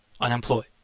unemployed